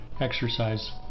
exercise